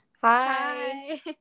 Hi